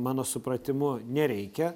mano supratimu nereikia